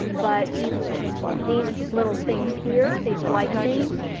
but these little things here, these white things,